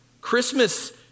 Christmas